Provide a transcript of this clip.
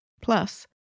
Plus